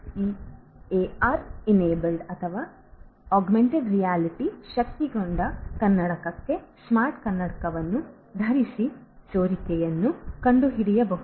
ಆದ್ದರಿಂದ ಈ ಎಆರ್ ಶಕ್ತಗೊಂಡ ಕನ್ನಡಕ ಸ್ಮಾರ್ಟ್ ಕನ್ನಡಕವನ್ನು ಧರಿಸಿ ಸೋರಿಕೆಯನ್ನು ಕಂಡುಹಿಡಿಯಬಹುದು